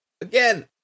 Again